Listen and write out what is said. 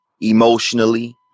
emotionally